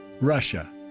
Russia